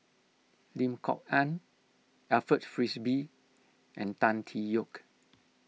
Lim Kok Ann Alfred Frisby and Tan Tee Yoke